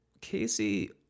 Casey